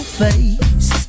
face